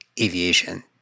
aviation